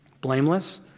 blameless